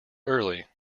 early